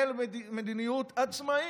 אני מדבר על שר החוץ גנץ שמנהל מדיניות עצמאית.